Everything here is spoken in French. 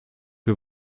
que